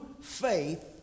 faith